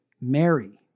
Mary